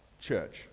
church